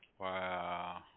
Wow